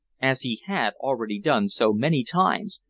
as he had already done so many times,